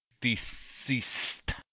Deceased